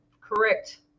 Correct